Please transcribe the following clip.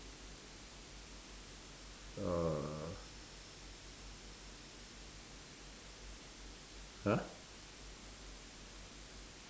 uhh !huh!